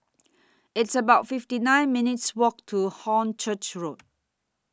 It's about fifty nine minutes' Walk to Hornchurch Road